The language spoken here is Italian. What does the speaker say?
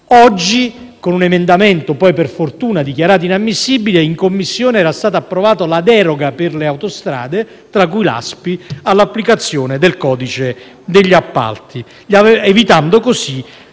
oggi con un emendamento - poi per fortuna dichiarato inammissibile - in Commissione era stata approvata la deroga per le autostrade, tra cui l'Aspi, all'applicazione del codice degli appalti, evitando così